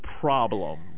problem